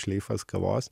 šleifas kavos